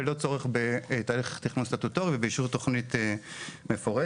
ללא צורך בתהליך תכנון סטטוטורי ובאישור תכנית מפורטת.